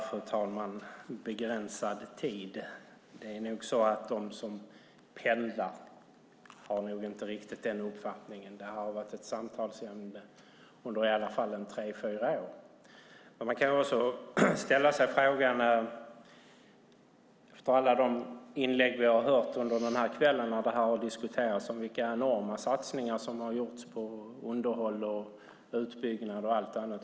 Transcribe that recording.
Fru talman! Begränsad tid - det är nog så att de som pendlar inte riktigt har den uppfattningen. Det här har varit ett samtalsämne under i alla fall tre fyra år. Man kan ställa sig en fråga efter alla de inlägg vi har hört under denna kväll när det här har diskuterats. Det har talats om de enorma satsningar som har gjorts på underhåll, utbyggnad och allt annat.